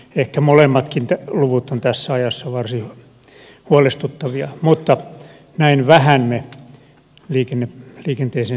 ehkä molemmatkin luvut ovat tässä ajassa varsin huolestuttavia mutta näin vähän me liikenteeseen sijoitamme